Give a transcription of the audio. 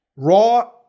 Raw